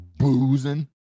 Boozing